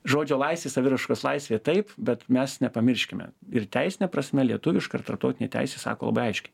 žodžio laisvė saviraiškos laisvė taip bet mes nepamirškime ir teisine prasme lietuviška ir tarptautinė teisė sako labai aiškiai